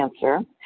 cancer